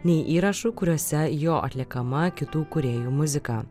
nei įrašų kuriuose jo atliekama kitų kūrėjų muziką